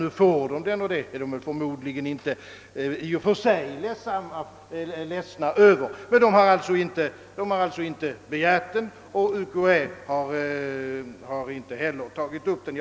Nu får rådet den, och det är man nog inte i och för sig ledsen för inom rådet. Men rådet har alltså inte begärt tjänsten, och universitetskanslersämbetet har inte heiler tagit upp den.